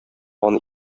аны